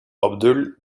abdul